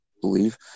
believe